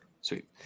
Sweet